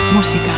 Música